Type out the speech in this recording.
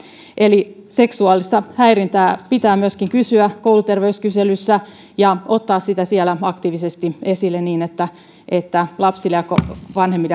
eli seksuaalista häirintää pitää myöskin kysyä kouluterveyskyselyissä ja ottaa sitä siellä aktiivisesti esille niin että että lapsille